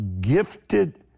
gifted